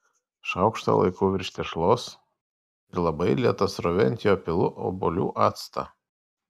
šaukštą laikau virš tešlos ir labai lėta srove ant jo pilu obuolių actą